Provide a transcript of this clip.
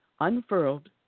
unfurled